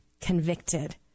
convicted